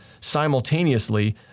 simultaneously